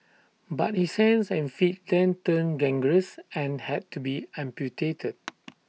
but his hands and feet then turned gangrenous and had to be amputated